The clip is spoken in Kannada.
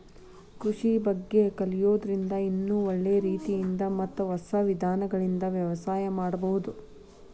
ಕೃಷಿ ಬಗ್ಗೆ ಕಲಿಯೋದ್ರಿಂದ ಇನ್ನೂ ಒಳ್ಳೆ ರೇತಿಯಿಂದ ಮತ್ತ ಹೊಸ ವಿಧಾನಗಳಿಂದ ವ್ಯವಸಾಯ ಮಾಡ್ಬಹುದು